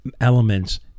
elements